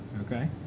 Okay